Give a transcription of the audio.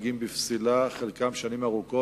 נוהגים בפסילה, חלקם שנים ארוכות.